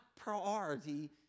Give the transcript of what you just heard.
priority